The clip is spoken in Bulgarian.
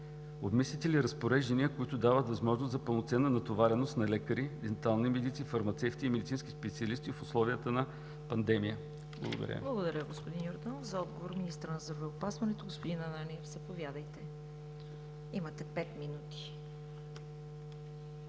Обмисляте ли разпореждания, които дават възможност за пълноценна натовареност на лекари, дентални медици, фармацевти и медицински специалисти в условията на пандемия? Благодаря. ПРЕДСЕДАТЕЛ ЦВЕТА КАРАЯНЧЕВА: Благодаря, господин Йорданов. За отговор – министърът на здравеопазването господин Ананиев. Заповядайте, имате пет минути.